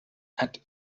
and